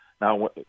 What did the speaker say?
Now